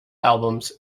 albums